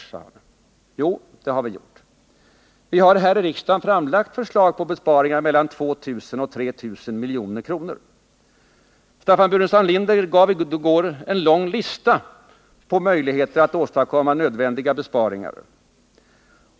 Jo, det har vi gjort! Vi har här i riksdagen framlagt förslag till besparingar på mellan 2 000 och 3000 milj.kr. Staffan Burenstam Linder gav i går en lång lista på möjligheter att åstadkomma nödvändiga besparingar.